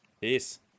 Peace